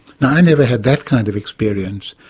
now i never had that kind of experience.